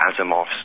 Asimovs